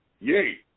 yay